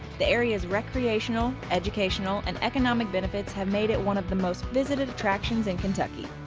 the area's recreational, educational and economic benefits have made it one of the most visited attractions in kentucky.